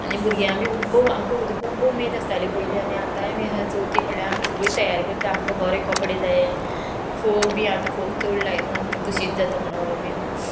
आनी भुरग्यां बी खूब्ब आमकां खूब्ब उमेद आसताली पयली आनी आतांय बी आसा चवथी म्हणल्यार आमी सगळी तयार करता आमकां बरें कपडे जाय फोग बी आतां फोग चड लायना दुशीत जाता म्हणो बीन